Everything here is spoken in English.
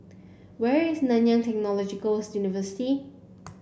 where is Nanyang Technological's University